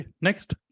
next